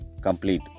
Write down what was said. complete